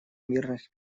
мирных